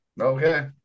Okay